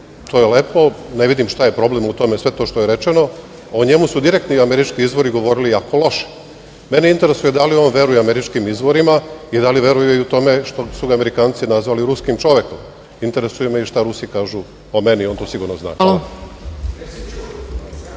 to je lepo, ne vidim šta je problem u tome sve to što je rečeno, o njemu su direktni američki izvori govorili jako loše. Mene interesuje da li on veruje američkim izvorima i da li veruje i tome što su Amerikanci ga nazvali ruskim čovekom. Interesuje me i šta Rusi kažu o meni, on to sigurno zna. **Ana